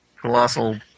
colossal